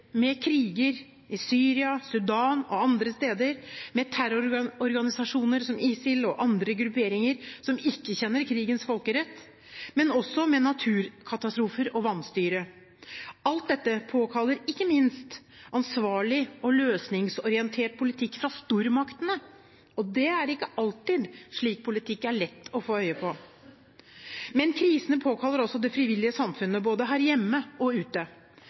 med kriger – i Syria, i Sudan og andre steder – med terrororganisasjoner som ISIL og andre grupperinger som ikke kjenner krigens folkerett, men også med naturkatastrofer og vanstyre. Alt dette påkaller ikke minst ansvarlig og løsningsorientert politikk fra stormaktene, og det er ikke alltid slik politikk er lett å få øye på. Men krisene påkaller også det frivillige samfunnet, både her hjemme og ute.